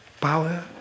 power